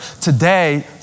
Today